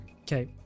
okay